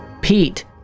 pete